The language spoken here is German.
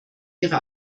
ihre